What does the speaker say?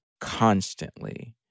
constantly